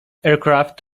aircraft